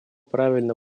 правильно